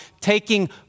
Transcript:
taking